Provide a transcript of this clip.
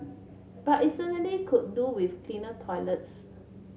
but it certainly could do with cleaner toilets